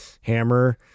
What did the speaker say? hammer